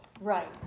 Right